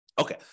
Okay